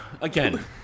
Again